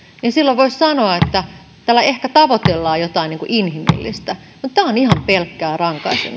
niin silloin voisi sanoa että tällä ehkä tavoitellaan jotain inhimillistä mutta tämä on ihan pelkkää rankaisemista